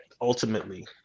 ultimately